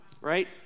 Right